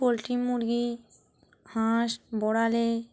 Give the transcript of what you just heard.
poultry মুরগি হাঁস বিড়াল